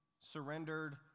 surrendered